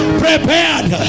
prepared